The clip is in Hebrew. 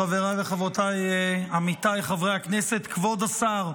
חבריי וחברותיי, עמיתיי חברי הכנסת, כבוד השר,